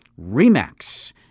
Remax